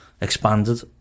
expanded